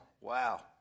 wow